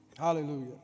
Hallelujah